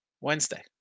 Wednesday